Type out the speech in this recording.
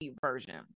version